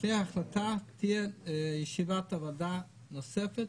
לפני ההחלטה תהיה ישיבת עבודה נוספת.